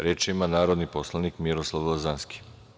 Reč ima narodni poslanik Miroslav Lazanski.